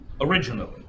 Originally